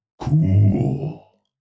cool